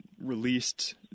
released